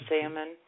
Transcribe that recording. salmon